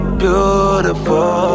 beautiful